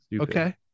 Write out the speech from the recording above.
Okay